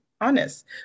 honest